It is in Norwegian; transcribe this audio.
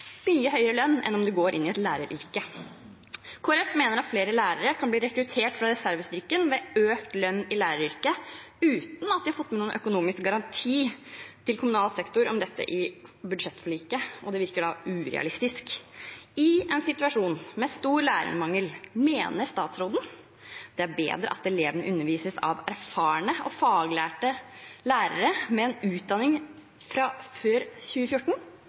mye høyere lønn enn om man går inn i et læreryrke. Kristelig Folkeparti mener at flere lærere kan rekrutteres fra reservestyrken ved økt lønn i læreryrket, men uten at man har fått noen garanti i kommunal sektor om dette i budsjettforliket, og da virker det urealistisk. I en situasjon med stor lærermangel, mener statsråden det er bedre at elevene undervises av erfarne og faglærte lærere med utdanning fra før 2014